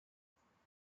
司职